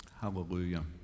Hallelujah